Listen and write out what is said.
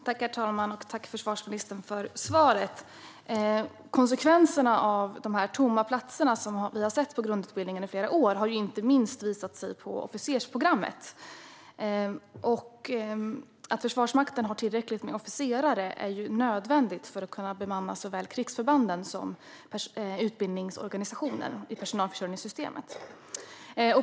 Herr talman! Tack, försvarsministern, för svaret! Konsekvenserna av att vi under flera år har haft tomma platser på grundutbildningen har inte minst visat sig på officersprogrammet. Att Försvarsmakten har tillräckligt med officerare är ju nödvändigt för att kunna bemanna såväl krigsförbanden som utbildningsorganisationen i personalförsörjningssystemet.